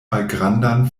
malgrandan